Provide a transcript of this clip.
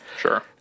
Sure